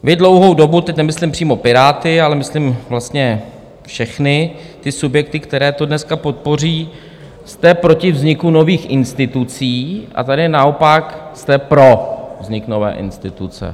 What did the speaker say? Vy dlouhou dobu teď nemyslím přímo Piráty, ale myslím vlastně všechny ty subjekty, které to dneska podpoří jste proti vzniku nových institucí, a tady naopak jste pro vznik nové instituce.